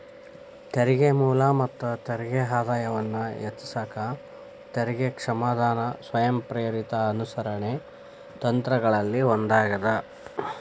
ತೆರಿಗೆ ಮೂಲ ಮತ್ತ ತೆರಿಗೆ ಆದಾಯವನ್ನ ಹೆಚ್ಚಿಸಕ ತೆರಿಗೆ ಕ್ಷಮಾದಾನ ಸ್ವಯಂಪ್ರೇರಿತ ಅನುಸರಣೆ ತಂತ್ರಗಳಲ್ಲಿ ಒಂದಾಗ್ಯದ